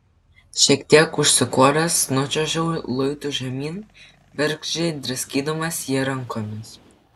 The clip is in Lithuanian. šiek tiek užsikoręs nučiuožiau luitu žemyn bergždžiai draskydamas jį rankomis